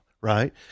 Right